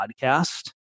podcast